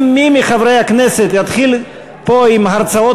אם מי מחברי הכנסת יתחיל פה עם הרצאות